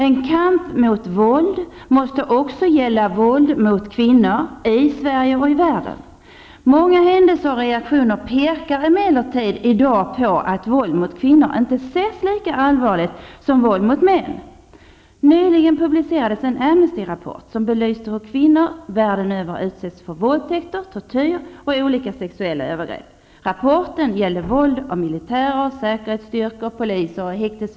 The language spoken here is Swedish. En kamp mot våld måste också gälla våld mot kvinnor, i Sverige och i världen. Många händelser och reaktioner pekar emellertid i dag på att våld mot kvinnor inte ses lika allvarligt som våld mot män. Nyligen publicerades en Amnestyrapport som belyste hur kvinnor världen över utsätts för våldtäkter, tortyr och olika sexuella övergrepp.